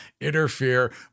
interfere